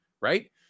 right